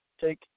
take